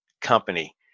company